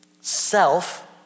self